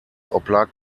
oblag